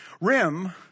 Rim